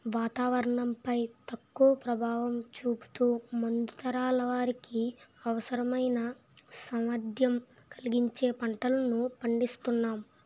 వాతావరణం పై తక్కువ ప్రభావం చూపుతూ ముందు తరాల వారికి అవసరమైన సామర్థ్యం కలిగించే పంటలను పండిస్తునాం